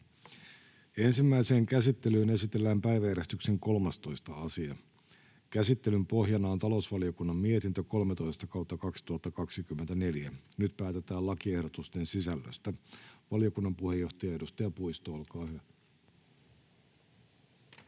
Ensimmäiseen käsittelyyn esitellään päiväjärjestyksen 13. asia. Käsittelyn pohjana on talousvaliokunnan mietintö TaVM 13/2024 vp. Nyt päätetään lakiehdotusten sisällöstä. — Valiokunnan puheenjohtaja, edustaja Puisto, olkaa hyvä.